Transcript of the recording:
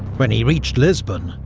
when he reached lisbon,